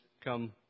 come